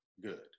good